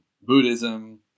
Buddhism